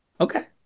Okay